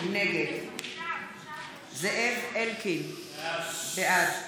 נגד זאב אלקין, בעד